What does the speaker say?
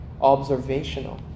observational